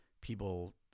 people